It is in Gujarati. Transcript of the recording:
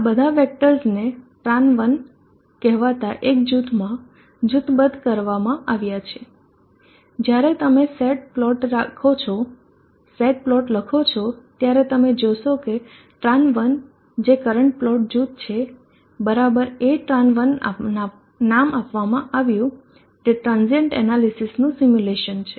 આ બધા વેક્ટર્સને tran1 કહેવાતા એક જૂથમાં જૂથબદ્ધ કરવામાં આવ્યા છે જ્યારે તમે સેટ પ્લોટ લખો છો ત્યારે તમે જોશો કે tran1 જે કરંટ પ્લોટ જૂથ છે બરાબર એ tran1 નામ આપવામાં આવ્યું તે ટ્રાન્ઝીયન્ટ એનાલિસિસનું સિમ્યુલેશન છે